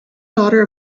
daughter